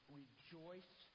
rejoice